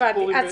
הבנתי.